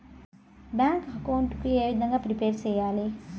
Bank account ఏ విధంగా prepare సెయ్యాలి?